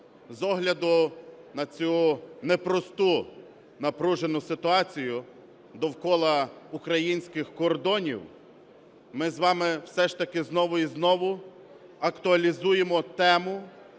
З огляду на цю непросту, напружену ситуацію довкола українських кордонів, ми з вами все ж таки знову і знову актуалізуємо тему,